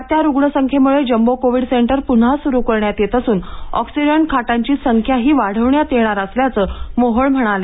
वाढत्या रूग्णसंख्येमुळे jumbo covid centre पुन्हा सुरू करण्यात येत असून ऑक्सिजन खाटांची संख्याही वाढवण्यात येणार असल्याचं मोहोळ म्हणाले